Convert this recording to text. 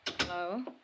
Hello